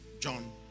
John